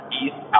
east